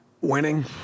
Winning